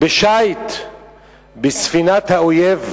בשיט בספינת האויב,